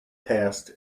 past